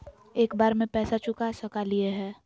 एक बार में पैसा चुका सकालिए है?